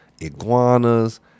iguanas